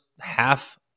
half